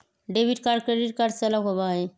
debit card credit card से अलग होबा हई